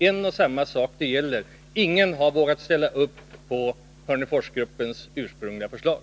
En och samma sak gäller: Ingen har vågat ställa upp på Hörneforsgruppens ursprungliga förslag.